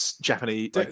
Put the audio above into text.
Japanese